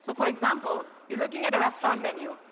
so for example, you're looking at a restaurant menu,